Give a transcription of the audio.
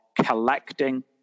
collecting